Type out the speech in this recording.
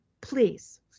please